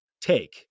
take